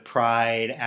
Pride